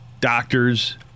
doctors